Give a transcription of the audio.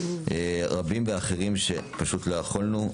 ועוד רבים ואחרים שפשוט לא יכולנו.